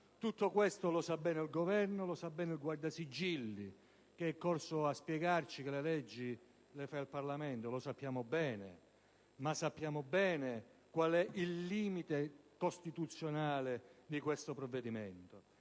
Tutto questo lo sa bene il Governo, lo sa bene il Guardasigilli che è corso a spiegarci che le leggi le fa il Parlamento; lo sappiamo, ma sappiamo bene il limite costituzionale di questo provvedimento.